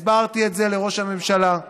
הסברתי את זה לראש הממשלה,